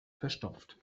verstopft